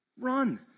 Run